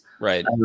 Right